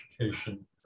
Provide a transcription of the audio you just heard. education